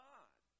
God